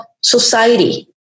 society